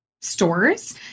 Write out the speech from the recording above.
stores